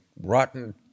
rotten